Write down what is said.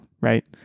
right